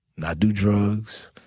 not do drugs,